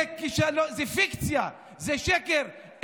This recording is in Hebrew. זה פיקציה, זה שקר.